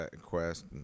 Quest